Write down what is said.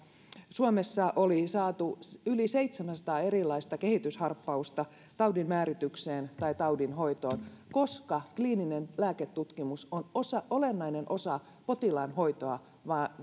suomessa oli saatu yli seitsemänsataa erilaista kehitysharppausta taudinmääritykseen tai taudinhoitoon koska kliininen lääketutkimus on olennainen osa potilaan hoitoa